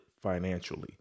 financially